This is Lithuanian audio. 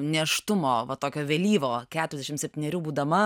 nėštumo va tokio vėlyvo keturiasdešimt septynerių būdama